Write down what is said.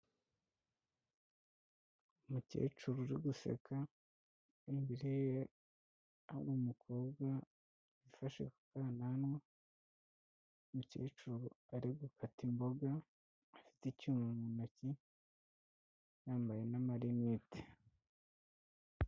Umukecuru uri guseka imbere ye hari umukobwa ufashe ku kananwa, umukecuru ari gukata imboga afite icyuma mu ntoki yambaye n'amarinete.